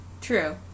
True